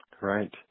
Right